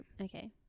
Okay